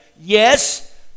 yes